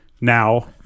now